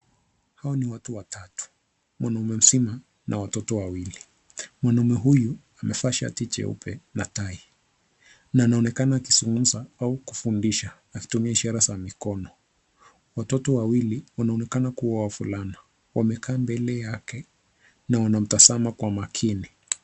Hawa ni watu watatu, mwanaume mzima na watoto wawili. Mwanaume huyu amevaa shati jeupe na tai na anaonekana akizungumza au kufundisha akitumua ishara za mikono. Watoto wawili wanaonekana kuwa wavulana, wamekaa mbele yake na wanamtazama kwa makini.